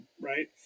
right